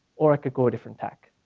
or i could go a different tack.